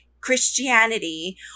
Christianity